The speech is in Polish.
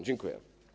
Dziękuję.